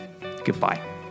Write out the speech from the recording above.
Goodbye